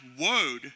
word